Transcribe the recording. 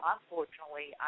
Unfortunately